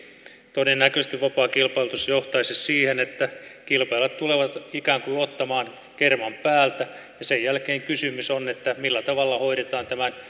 todennäköisesti vapaa kilpailutus johtaisi siihen että kilpailijat tulevat ikään kuin ottamaan kerman päältä ja sen jälkeen kysymys on siitä millä tavalla hoidetaan